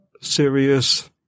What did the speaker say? serious